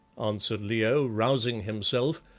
answered leo, rousing himself,